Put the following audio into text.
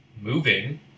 moving